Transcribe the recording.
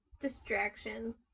distraction